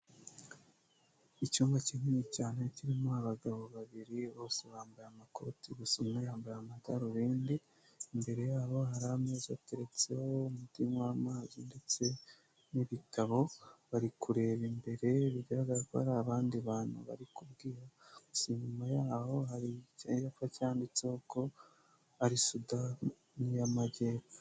Icyumba kinini cyane kirimo abagabo babiri bose bambaye amakoti gusa umwe yambaye amadarubindi, imbere yabo hari ameza ateretseho umuti w'amazi ndetse n'ibitabo bari kureba imbere bigaragara ko har abandi bantu bari kubwira gusa imbere yaho hari icyapa cyanditseho ko ari sudani y'amajyepfo.